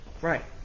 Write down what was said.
Right